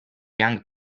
young